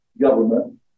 government